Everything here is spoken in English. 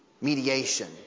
mediation